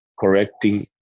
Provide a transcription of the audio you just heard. correcting